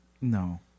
no